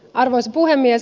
arvoisa puhemies